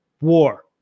war